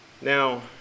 Now